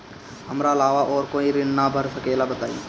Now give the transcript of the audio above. हमरा अलावा और कोई ऋण ना भर सकेला बताई?